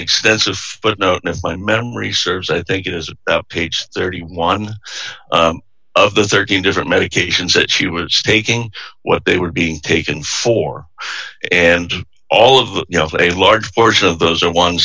extensive but no memory serves i think it is page thirty one of the thirteen different medications that she was taking what they were being taken for and all of a large portion of those are ones